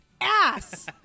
ass